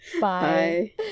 bye